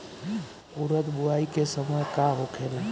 उरद बुआई के समय का होखेला?